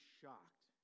shocked